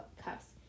cuffs